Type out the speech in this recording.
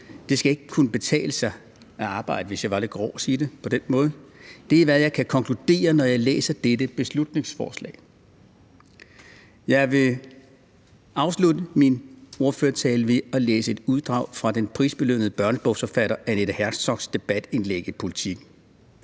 Det skal ikke kunne betale sig at arbejde – kunne jeg sige, hvis jeg var lidt grov. Det er, hvad jeg kan konkludere, når jeg læser dette beslutningsforslag. Jeg vil afslutte min ordførertale med at læse et uddrag fra den prisbelønnede børnebogsforfatter Annette Herzogs debatindlæg i Politiken.